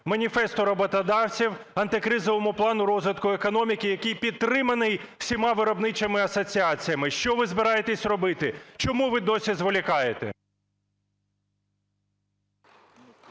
Маніфесту роботодавців, Антикризовому плану розвитку економіки, який підтриманий всіма виробничими асоціаціями. Що ви збираєтесь робити? Чому ви досі зволікаєте?